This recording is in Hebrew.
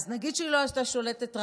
אז נגיד שרק בתקציב היא לא הייתה שולטת,